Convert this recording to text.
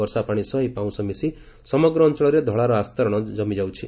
ବର୍ଷା ପାଣି ସହ ଏହି ପାଉଁଶ ମିଶି ସମଗ୍ର ଅଞ୍ଞଳରେ ଧଳାର ଆସ୍ତରଣ କମି ଯାଉଛି